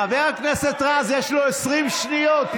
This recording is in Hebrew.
חבר הכנסת רז, יש לו 20 שניות.